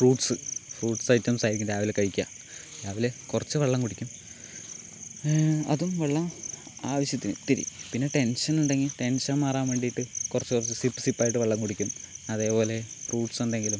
fruits fruits ഐറ്റംസായിരിക്കും രാവിലെ കഴിക്കുക രാവിലെ കുറച്ച് വെള്ളം കുടിക്കും അതും വെള്ളം ആവിശ്യത്തിന് ഇത്തിരി പിന്നെ ടെൻഷൻ ഉണ്ടെങ്കിൽ ടെൻഷൻ മാറാൻ വേണ്ടിയിട്ട് കുറച്ച് സിപ്പ് സിപ്പ് ആയിട്ട് വെള്ളം കുടിക്കും അതേപോലെ ഫ്രൂട്ട്സ് എന്തെങ്കിലും